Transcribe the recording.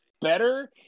better